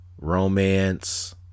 romance